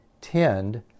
tend